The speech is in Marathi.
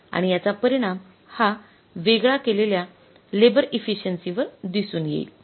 आणि याचा परिणाम हा वेगळ्या केलेल्या लेबर इफिसिएन्सी वर दिसून येईल